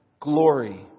glory